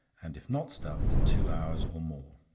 and if not stuffed, two hours or more,